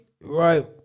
right